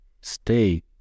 stay